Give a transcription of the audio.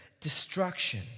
destruction